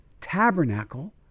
tabernacle